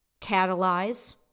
catalyze